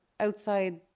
outside